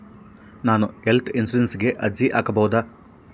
ನಾನು ಹೆಲ್ತ್ ಇನ್ಶೂರೆನ್ಸಿಗೆ ಅರ್ಜಿ ಹಾಕಬಹುದಾ?